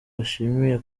bishimiye